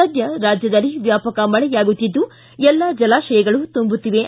ಸದ್ಯ ರಾಜ್ಯದಲ್ಲಿ ವ್ಯಾಪಕ ಮಳೆಯಾಗುತ್ತಿದ್ದು ಎಲ್ಲಾ ಜಲಾಶಯಗಳು ತುಂಬುತ್ತಿವೆ